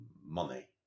money